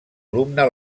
alumne